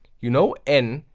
you know n,